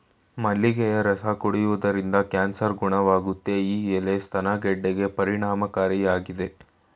ಮಲ್ಲಿಗೆಯ ರಸ ಕುಡಿಯೋದ್ರಿಂದ ಕ್ಯಾನ್ಸರ್ ಗುಣವಾಗುತ್ತೆ ಈ ಎಲೆ ಸ್ತನ ಗೆಡ್ಡೆಗೆ ಪರಿಣಾಮಕಾರಿಯಾಗಯ್ತೆ